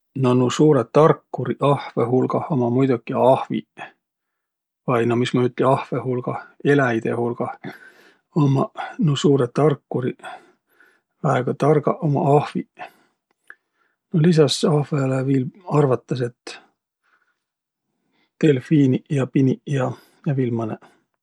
No nuuq suurõq tarkuriq ahvõ hulgah ummaq muidoki ahviq. Vai no mis ma ütli, ahvõ hulgah? Eläjide hulgah ummaq nuuq suurõq tarkuriq, väega targaq ummaq ahviq. No lisas ahvõlõ viil arvatas, et delfiiniq ja piniq ja, ja viil mõnõq.